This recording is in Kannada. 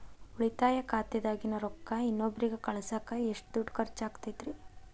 ಉಳಿತಾಯ ಖಾತೆದಾಗಿನ ರೊಕ್ಕ ಇನ್ನೊಬ್ಬರಿಗ ಕಳಸಾಕ್ ಎಷ್ಟ ದುಡ್ಡು ಖರ್ಚ ಆಗ್ತೈತ್ರಿ?